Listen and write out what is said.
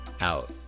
out